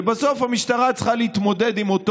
ובסוף המשטרה צריכה להתמודד עם אותו